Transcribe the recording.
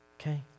okay